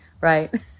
right